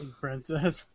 princess